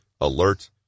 alert